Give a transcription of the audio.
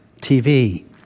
TV